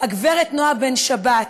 הגברת נעה בן-שבת,